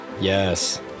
Yes